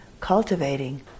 cultivating